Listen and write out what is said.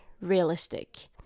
realistic